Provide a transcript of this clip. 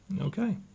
Okay